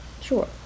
Sure